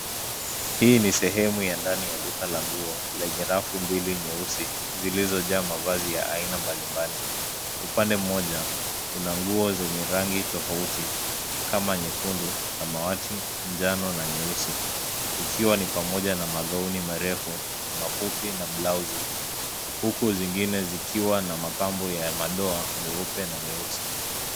Hii ni sehemu ya ndani ya duka la nguo lenye rafu mbili nyeusi, zilizojaa mavazi ya aina mbalimbali. Upande moja kuna nguo zenye rangi tofauti kama nyekundu, samawati, njano na nyeusi ikiwa ni pamoja na magauni marefu, mafupi na baluzi. Huku zingine zikiwa na mapambo ya madoa meupe na meusi.